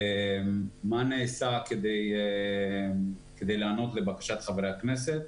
מה נעשה כדי להיענות לבקשת חברי הכנסת,